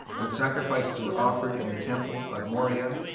when sacrifices were offered in the temple on moriah,